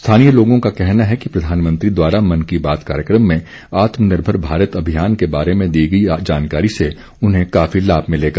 स्थानीय लोगों का कहना है कि प्रधानमंत्री द्वारा मन की बात कार्यक्रम में आत्मनिर्भर भारत अभियान के बारे में दी गई जानकारी से उन्हें काफी लाभ मिलेगा